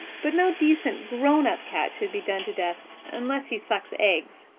but no decent, grown-up cat should be done to death unless he sucks eggs.